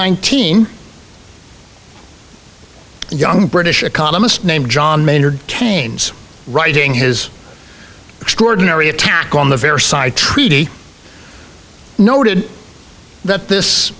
nineteen young british economist named john maynard keynes writing his extraordinary attack on the versailles treaty noted that this